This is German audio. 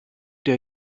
der